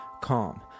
calm